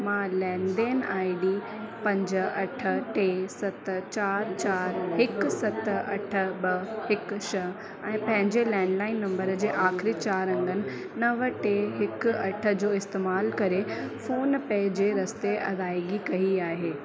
मां लैंडेन I D पंज अठ टे सत चारि चारि हिकु सत अठ ॿ हिकु छह ऐं पंहिंजे लैंडलाइन नंबर जे आख़िरी चारि अङनि नव टे हिकु अठ जो इस्तेमाल करे फ़ोन पे जे रस्ते अदायगी कई आहे